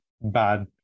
bad